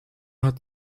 hatte